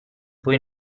poi